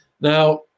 Now